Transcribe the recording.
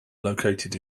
located